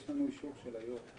יש לנו אישור של היו"ר.